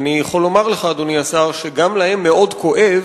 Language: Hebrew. אני יכול לומר לך, אדוני השר, שגם להם מאוד כואב